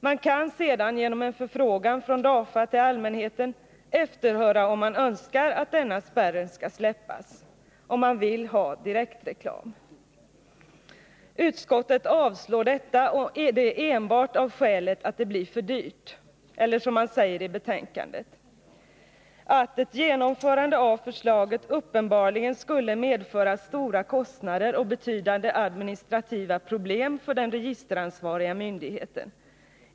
DAFA kan sedan genom en förfrågan till allmänheten efterhöra, om vederbörande önskar att denna spärr skall släppas — om man vill ha direktreklam. Utskottet avstyrker detta förslag och gör det enbart av det skälet att det blir för dyrt — eller, som utskottet framhåller i betänkandet, att ”ett genomförande av förslaget uppenbarligen skulle medföra stora kostnader och betydande administrativa problem för den registeransvariga myndigheten.